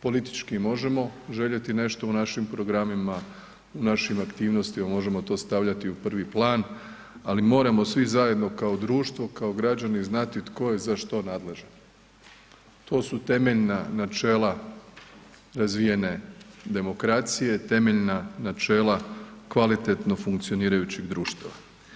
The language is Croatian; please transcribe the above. Politički možemo željeti nešto u našim programima, u našim aktivnostima možemo to stavljati u prvi plan, ali moramo svi zajedno kao društvo, kao građani znati tko je za što nadležan, to su temeljna načela razvijene demokracije, temeljna načela kvalitetno funkcionirajućeg društva.